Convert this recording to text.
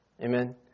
Amen